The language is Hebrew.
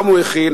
גם הוא הכין,